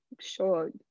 sure